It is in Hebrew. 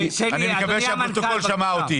אני מקווה שהפרוטוקול שמע אותי.